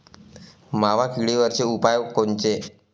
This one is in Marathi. मावा किडीवरचे उपाव कोनचे?